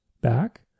back